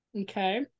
okay